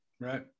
right